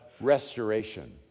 restoration